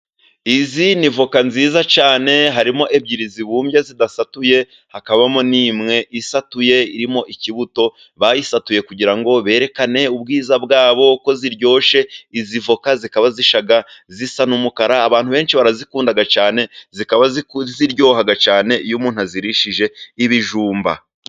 Izi ni avoka nziza cyane, harimo ebyiri zibumbye zidasatuye, hakabamo n'imwe isatuye irimo ikibuto, bayisatuye kugira ngo berekane ubwiza bwazo ko ziryoshye. Izi avoka zikaba zishya zisa n'umukara, abantu benshi barazikunda cyane, zikaba ziryoha cyane iyo umuntu azirishije ibijumba.